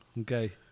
Okay